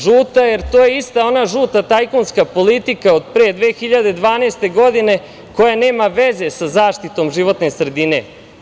Žuta, jer to je ista ona žuta tajkunska politika od pre 2012. godine, koja nema veze sa zaštitom životne sredine.